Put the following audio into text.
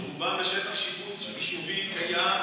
שרובם בשטח שיפוט של יישוב קיים,